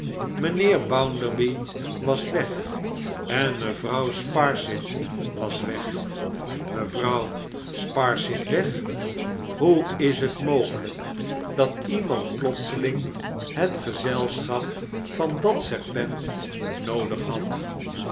mijnheer bounderby was weg en mevrouw sparsit was weg mevrouw sparsit weg hoe is het mogelijk dat iemand plotseling het gezelschap van dat serpent noodig had